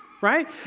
right